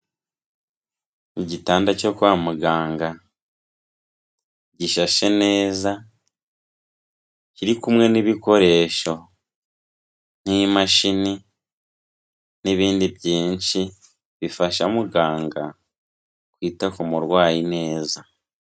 Igitanda cyo kwa muganga gishashe neza, kiri kumwe n'ibikoresho nk'imashini n'ibindi byinshi bifasha muganga kwita ku murwayi neza.